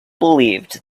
believed